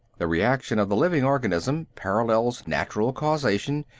the reaction of the living organism parallels natural causation,